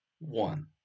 one